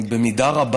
במידה רבה,